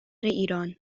ایران